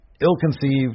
ill-conceived